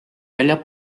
välja